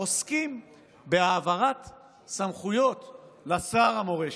עוסקים בהעברת סמכויות לשר המורשת.